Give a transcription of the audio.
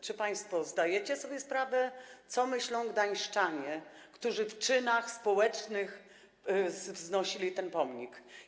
Czy państwo zdajecie sobie sprawę, co myślą gdańszczanie, którzy w czynie społecznym wznosili ten pomnik?